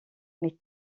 mais